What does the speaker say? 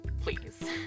please